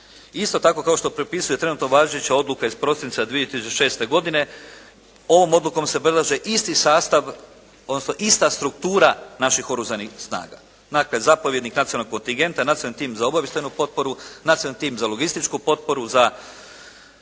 Isto tako, kao što propisuje trenutno važeća odluka iz prosinca 2006. godine ovom odlukom se predlaže isti sastav odnosno ista struktura naših oružanih snaga. Dakle, zapovjednik nacionalnog kontingenta, nacionalni tim za obavještajnu potporu, nacionalni tim za logističku potporu,